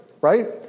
right